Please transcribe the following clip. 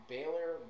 Baylor